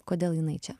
kodėl jinai čia